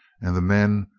and the men,